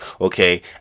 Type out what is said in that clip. okay